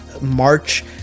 March